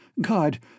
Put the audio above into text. God